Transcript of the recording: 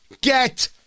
get